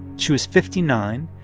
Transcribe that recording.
she was fifty nine.